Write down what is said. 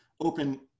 open